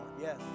Yes